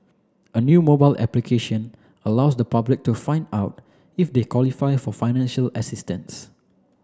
a new mobile application allows the public to find out if they qualify for financial assistance